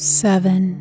seven